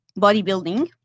bodybuilding